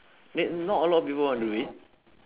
wait not a lot of people wanna do it